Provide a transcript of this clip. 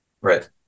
Right